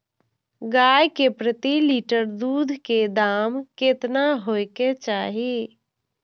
गाय के प्रति लीटर दूध के दाम केतना होय के चाही?